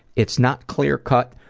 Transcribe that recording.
it's not clear-cut.